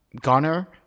gunner